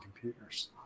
computers